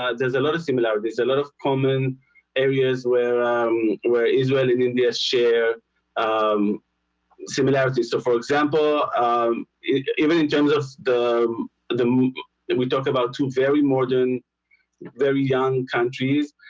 ah there's a lot of similarities a lot of common areas where um where israel and india share um similarities. so for example, um even in terms of the the we talk about two very modern very young countries,